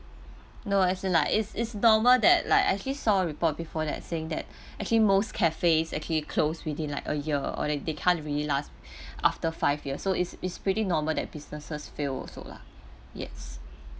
no as in like is is normal that like I actually saw a report before that saying that actually most cafe actually close within like a year or they they can't really last after five years so is is pretty normal that businesses fail also lah yes